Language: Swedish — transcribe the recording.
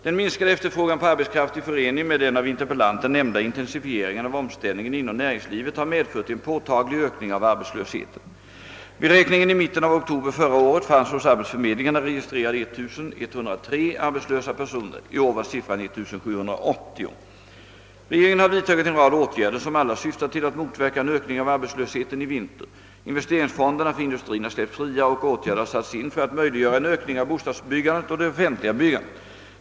Den minskade efterfrågan på arbetskraft i förening med den av interpellanten nämnda intensifieringen av omställningen inom näringslivet har medfört en påtaglig ökning av arbetslösheten. Vid räkningen i mitten av oktober förra året fanns hos arbetsförmedlingarna registrerade 1103 arbetslösa personer. I år var siffran 1 780. Regeringen har vidtagit en rad åtgärder som alla syftar till att motverka en ökning av arbetslösheten i vinter. Investeringsfonderna för industrin har släppts fria, och åtgärder har satts in för att möjliggöra en ökning av bostadsbyggandet och det offentliga byggandet.